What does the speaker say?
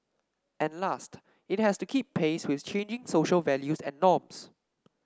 and last it has to keep pace with changing social values and norms